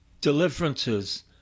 deliverances